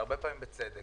והרבה פעמים בצדק,